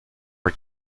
our